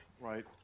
right